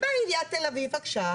באה עיריית תל אביב עכשיו,